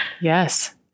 Yes